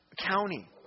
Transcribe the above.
county